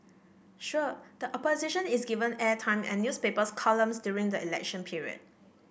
sure the Opposition is given airtime and newspaper columns during the election period